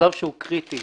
שלב שהוא קריטי